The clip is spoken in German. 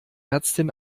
ärztin